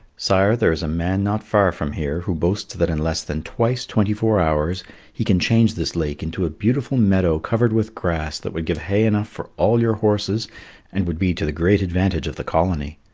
sire, there is a man not far from here who boasts that in less than twice twenty-four hours he can change this lake into a beautiful meadow covered with grass that would give hay enough for all your horses and would be to the great advantage of the colony.